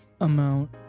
amount